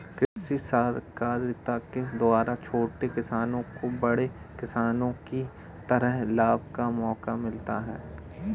कृषि सहकारिता के द्वारा छोटे किसानों को बड़े किसानों की तरह लाभ का मौका मिलता है